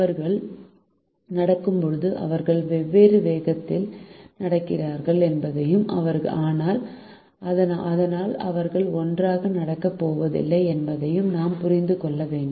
அவர்கள் நடக்கும்போது அவர்கள் வெவ்வேறு வேகத்தில் நடக்கிறார்கள் என்பதையும் அதனால் அவர்கள் ஒன்றாக நடக்கப் போவதில்லை என்பதையும் நாம் புரிந்து கொள்ள வேண்டும்